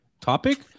topic